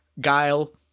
Guile